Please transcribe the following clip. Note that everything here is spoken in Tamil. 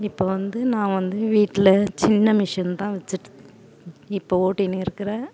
இப்போ வந்து நான் வந்து வீட்டில் சின்ன மிஷின் தான் வைச்சிட்டு இப்போது ஓட்டின்னு இருக்கிறேன்